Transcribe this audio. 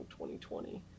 2020